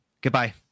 Goodbye